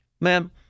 Man